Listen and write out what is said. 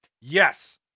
Yes